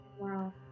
Wow